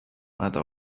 either